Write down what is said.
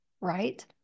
right